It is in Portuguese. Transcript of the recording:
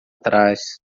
trás